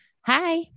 Hi